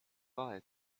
bye